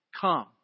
come